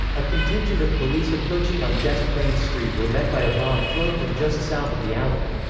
a contingent of police approaching on des plaines street were met by a bomb thrown from just south of the alley.